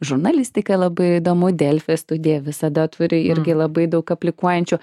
žurnalistika labai įdomu delfi studija visada turi irgi labai daug aplikuojančių